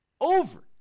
over